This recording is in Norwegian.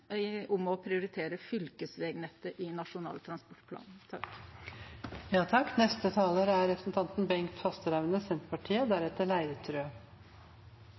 om å prioritere fylkesvegnettet i Nasjonal transportplan. Senterpartiet